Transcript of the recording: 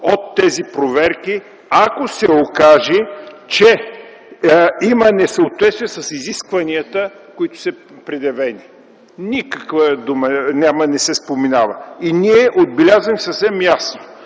от тези проверки, ако се окаже, че има несъответствие с изискванията, които са предявени. Никаква дума не се споменава. И ние отбелязваме съвсем ясно,